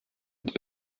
und